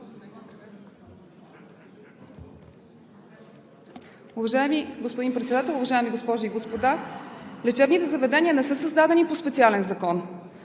Уважаеми господин Председател, уважаеми госпожи и господа! Лечебните заведения не са създадени по специален закон.